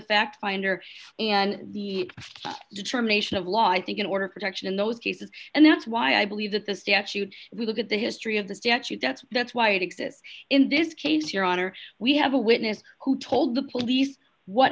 fact finder and the determination of law i think in order protection in those cases and that's why i believe that the statute if we look at the history of the statute that's that's why it exists in this case your honor we have a witness who told the police what